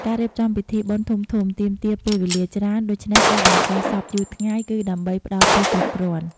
ការរៀបចំពិធីបុណ្យធំៗ ទាមទារពេលវេលាច្រើន ដូច្នេះការតម្កល់សពយូរថ្ងៃគឺដើម្បីផ្តល់ពេលគ្រប់គ្រាន់។